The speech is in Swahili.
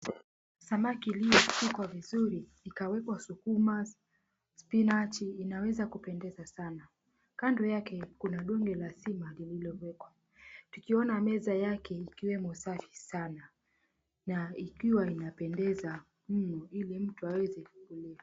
Samaki iliyopikwa vizuri ikawekwa sukuma spinach inaweza kupendeza sana. Kando yake kuna donge la sima lililowekwa. Tukiona meza yake ikiwemo safi sana na ikiwa inapendeza mno ili mtu aweze kulila.